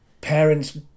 parents